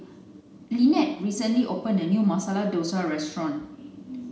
Lynnette recently opened a new Masala Dosa restaurant